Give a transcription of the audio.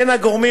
הן הגורמים